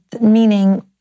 meaning